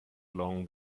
along